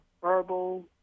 verbal